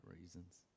reasons